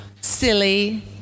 silly